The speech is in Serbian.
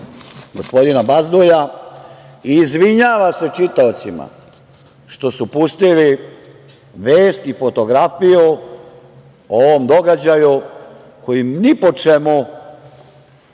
gospodina Bazdulja i izvinjava se čitaocima što su pustili vest i fotografiju o ovom događaju koji ni po čemu